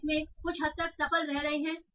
आप इसमें कुछ हद तक सफल रहे हैं